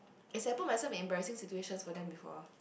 it's I put myself into embarrassing situation for them before